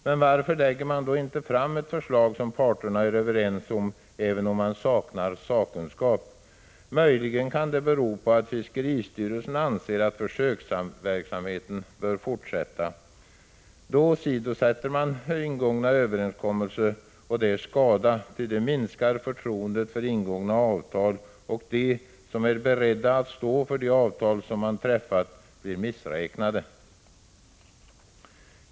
Men varför lägger man då inte fram ett förslag som parterna är överens om, även om man saknar sakkunskap? Möjligen kan det bero på att fiskeristyrelsen anser att försöksverksamheten bör fortsätta. Då åsidosätter man ingångna överenskommelser, och det är skada, ty det minskar förtroendet för ingångna avtal och gör dem som är beredda att stå för de avtal man träffat missräknade.